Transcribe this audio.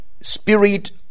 spirit